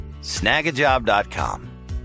Snagajob.com